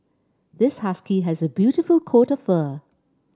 this husky has a beautiful coat of fur